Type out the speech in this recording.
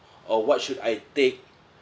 or what should I take